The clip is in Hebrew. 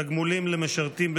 (תגמולים למשרתים במילואים),